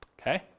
okay